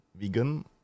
vegan